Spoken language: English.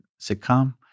sitcom